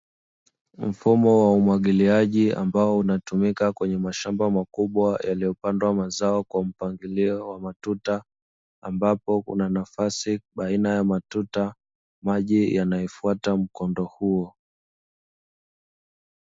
Mfumo wa umwagiliaji ambao unatumika kwenye mashamba makubwa yaliyopandwa mazao kwa mpangilio wa matuta, ambapo kuna nafasi baina ya matuta maji yanayofuata mkondo huo.